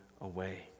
away